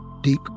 Deep